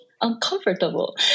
uncomfortable